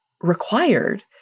required